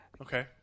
Okay